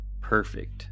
perfect